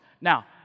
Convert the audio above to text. Now